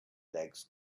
legs